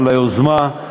על היוזמה.